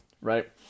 right